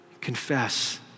confess